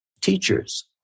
teachers